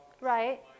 Right